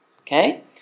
Okay